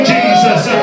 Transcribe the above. Jesus